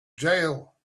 jail